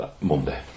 Monday